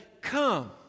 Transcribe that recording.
Come